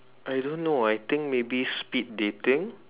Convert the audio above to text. I don't know I think maybe speed dating